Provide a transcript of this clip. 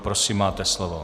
Prosím, máte slovo.